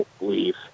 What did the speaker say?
leave